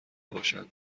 باشند